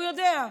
הוא יודע.